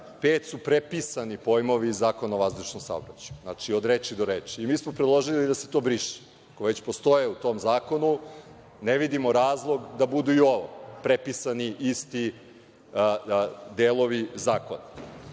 pet su prepisani pojmovi Zakona o vazdušnom saobraćaju. Znači, od reči do reči, i mi smo predložili da se to briše. Ako već postoje u tom zakonu ne vidimo razlog da budu i ovo, prepisani, isti delovi zakona. Da